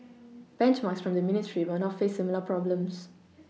benchmarks from the ministry will not face similar problems